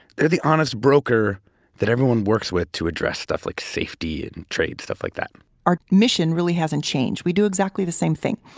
they're the honest broker that everyone works with to address stuff like safety and and trade, stuff like that our mission really hasn't changed. we do exactly the same thing.